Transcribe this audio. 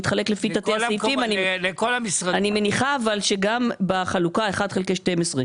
אני מניחה שגם בחלוקה של אחד חלקי 12,